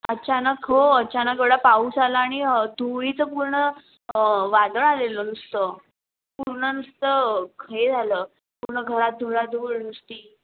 अचानक हो अचानक एवढा पाऊस आला आणि धुळीचं पूर्ण वादळ आलेलं नुसतं पूर्ण नुसतं हे झालं पूर्ण घरात धुळाधूळ नुसती